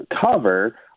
cover